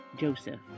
Joseph